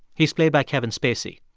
he's played by kevin spacey.